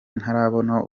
ntarabona